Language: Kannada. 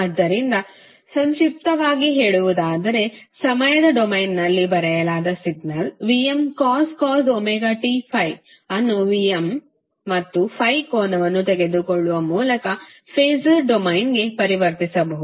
ಆದ್ದರಿಂದ ಸಂಕ್ಷಿಪ್ತವಾಗಿ ಹೇಳುವುದಾದರೆ ಸಮಯದ ಡೊಮೇನ್ನಲ್ಲಿ ಬರೆಯಲಾದ ಸಿಗ್ನಲ್ Vmcos ωt∅ ಅನ್ನು Vm ಮತ್ತು ∅ಕೋನವನ್ನು ತೆಗೆದುಕೊಳ್ಳುವ ಮೂಲಕ ಫಾಸರ್ ಡೊಮೇನ್ಗೆ ಪರಿವರ್ತಿಸಬಹುದು